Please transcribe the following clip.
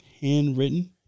Handwritten